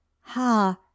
ha